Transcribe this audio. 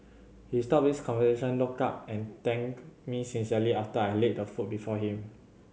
he stopped his conversation looked up and thanked me sincerely after I laid the food before him